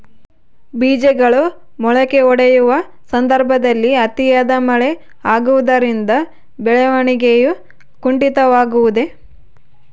ಬೇಜಗಳು ಮೊಳಕೆಯೊಡೆಯುವ ಸಂದರ್ಭದಲ್ಲಿ ಅತಿಯಾದ ಮಳೆ ಆಗುವುದರಿಂದ ಬೆಳವಣಿಗೆಯು ಕುಂಠಿತವಾಗುವುದೆ?